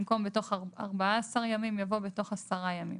במקום "מ-14 ימים" יבוא "מ-10 ימים".